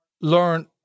learn